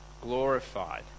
glorified